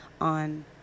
on